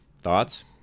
Thoughts